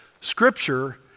Scripture